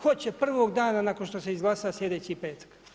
Hoće prvog dana nakon što se izglasa sljedeći petak.